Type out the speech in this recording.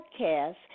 podcast